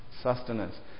sustenance